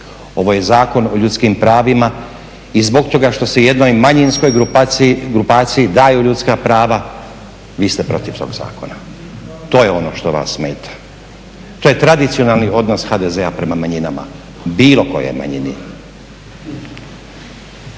Ovo je zakon o ljudskim pravima i zbog toga što se jednoj manjinskoj grupaciji daju ljudska prava vi ste protiv tog zakona. To je ono što vas smeta. To je tradicionalni odnos HDZ-a prema manjinama, bilo kojoj manjini.